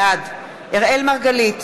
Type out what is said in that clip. בעד אראל מרגלית,